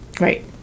Right